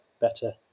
better